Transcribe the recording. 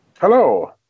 Hello